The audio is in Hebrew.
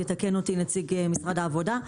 יתקן אותי נציג משרד העבודה.